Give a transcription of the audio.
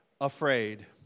afraid